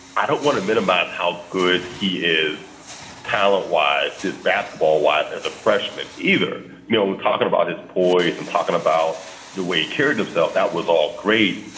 i don't want to minimize how good he is talent wise. his basketball, what as a freshman either, you know, and talking about his poise and talking about the way curative self. that was all great.